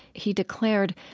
he declared,